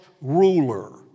ruler